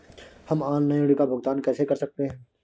हम ऑनलाइन ऋण का भुगतान कैसे कर सकते हैं?